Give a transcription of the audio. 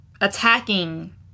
attacking